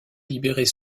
libérés